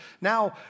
now